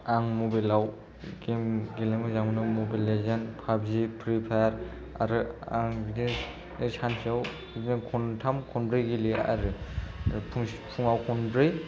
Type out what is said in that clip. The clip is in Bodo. आं मबाइल आव गेम गेलेनो मोजां मोनो mobile legend PUBG free fire आरो आं बे सानसेयाव बिदिनो खनथाम खनब्रै गेलेयो आरो फुङाव खनब्रै